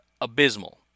abysmal